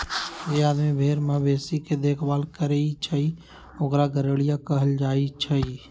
जे आदमी भेर मवेशी के देखभाल करई छई ओकरा गरेड़िया कहल जाई छई